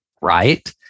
right